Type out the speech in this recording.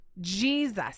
Jesus